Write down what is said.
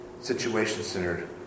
situation-centered